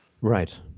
Right